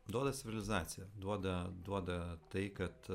duoda civilizaciją duoda duoda tai kad